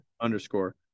underscore